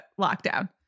lockdown